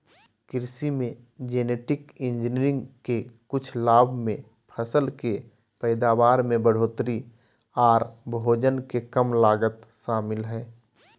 कृषि मे genetic engineering के कुछ लाभ मे फसल के पैदावार में बढ़ोतरी आर भोजन के कम लागत शामिल हय